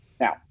Now